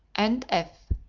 and f.